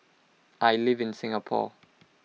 I live in Singapore